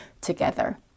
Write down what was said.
together